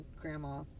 grandma